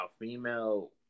female